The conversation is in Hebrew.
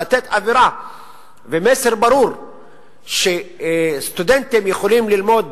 לתת אווירה ומסר ברור שסטודנטים יכולים ללמוד